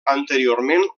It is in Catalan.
anteriorment